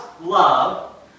love